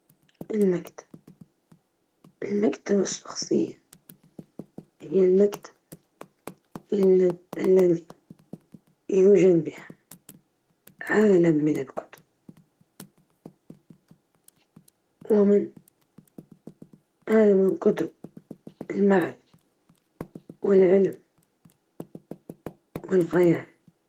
نفضل التحكم في الماء، لأنه عنصر ضروري للحياة اليومية وللحفاظ على التوازن البيئي، الماء يلعب دورًا حيويًا في كل شيء من الزراعة إلى الصحة، وعنده القدرة على إطفاء الحرائق والحد من الكوارث الطبيعية، بينما النار تكتفي بإنارة ودفء، التحكم في الماء يمكن أن يسهم في حماية البيئة، وإدارة الأزمات الطبيعية بطريقة أكثر أمانًا.